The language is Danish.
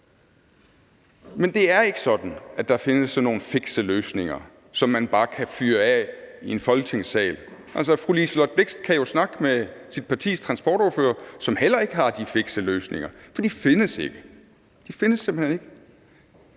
Men det er ikke sådan, at der findes sådan nogle fikse løsninger, som man bare kan fyre af i en Folketingssal. Fru Liselott Blixt kan jo snakke med sit partis transportordfører, som heller ikke har de fikse løsninger, for de findes ikke. De findes simpelt hen ikke.